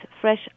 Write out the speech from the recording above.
fresh